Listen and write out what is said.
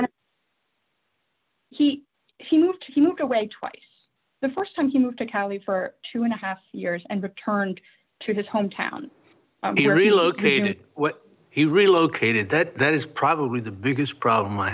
on he he moved he walked away twice the st time to move to cali for two and a half years and returned to his home town be relocated what he relocated that that is probably the biggest problem i